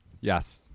Yes